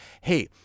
hey